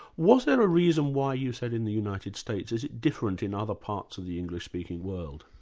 was there a reason why you said in the united states? is it different in other parts of the english-speaking world?